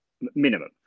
minimum